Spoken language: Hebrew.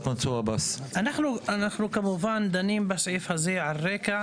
אנחנו כמובן דנים בסעיף הזה על רקע,